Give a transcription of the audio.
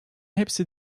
hepsi